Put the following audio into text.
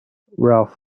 ralph